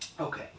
Okay